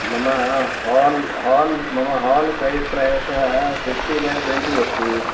मम hall hall मम hall size प्रायशः फ़िफ़्टि बै ट्वेण्टि अस्ति